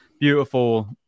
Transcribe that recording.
beautiful